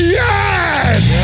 yes